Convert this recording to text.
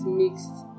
mixed